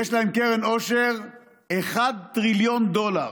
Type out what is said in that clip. יש להם קרן עושר של 1 טריליון דולר.